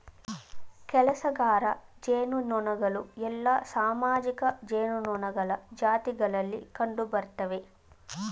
ಕೆಲಸಗಾರ ಜೇನುನೊಣಗಳು ಎಲ್ಲಾ ಸಾಮಾಜಿಕ ಜೇನುನೊಣಗಳ ಜಾತಿಗಳಲ್ಲಿ ಕಂಡುಬರ್ತ್ತವೆ